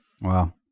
Wow